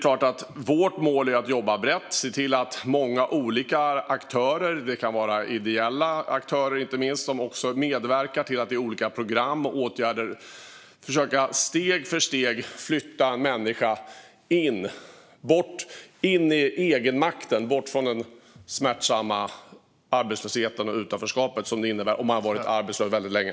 Vårt mål är att jobba brett och se till att många olika aktörer, inte minst ideella sådana, medverkar till att i olika program och åtgärder försöka att steg för steg flytta en människa in i egenmakten, bort från den smärtsamma arbetslösheten och det utanförskap som det innebär att vara arbetslös väldigt länge.